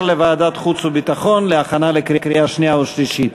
לוועדת החוץ והביטחון להכנה לקריאה שנייה ושלישית.